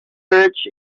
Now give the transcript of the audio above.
searched